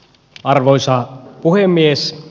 arvoisa puhemies